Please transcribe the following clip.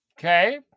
Okay